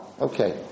Okay